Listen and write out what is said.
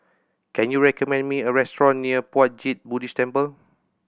can you recommend me a restaurant near Puat Jit Buddhist Temple